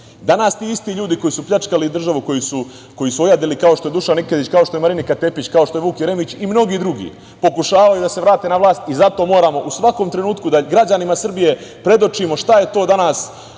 ti isti ljudi koji su pljačkali državu, koji su ojadili kao što je Dušan Nikezić, kao što je Marinika Tepić, kao što je Vuk Jeremić i mnogi drugi, pokušavaju da se vrate na vlast i zato moramo u svakom trenutku da građanima Srbije predočimo šta je to danas